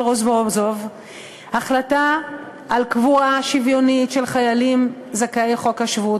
רזבוזוב החלטה על קבורה שוויונית של חיילים זכאי חוק השבות.